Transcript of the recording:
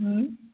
हं